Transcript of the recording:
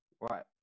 right